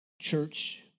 church